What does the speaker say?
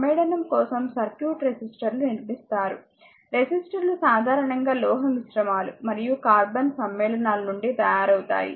సమ్మేళనం కోసం సర్క్యూట్ రెసిస్టర్లు నిర్మిస్తారు రెసిస్టర్లు సాధారణంగా లోహ మిశ్రమాలు మరియు కార్బన్ సమ్మేళనాల నుండి తయారవుతాయి